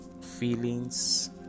feelings